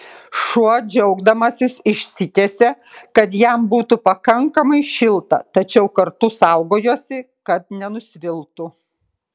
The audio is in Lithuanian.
šuo džiaugdamasis išsitiesė kad jam būtų pakankamai šilta tačiau kartu saugojosi kad nenusviltų